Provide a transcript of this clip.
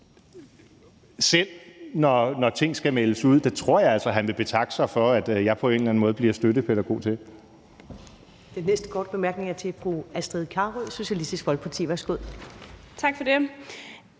selv, når ting skal meldes ud. Jeg tror altså, at han vil betakke sig for, at jeg på en eller anden måde bliver støttepædagog til